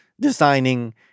designing